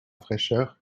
fraîcheur